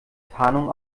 tarnung